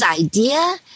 idea